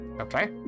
Okay